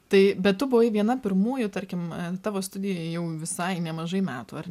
tai bet tu buvai viena pirmųjų tarkim tavo studijai jau visai nemažai metų ar